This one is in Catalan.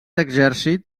exèrcit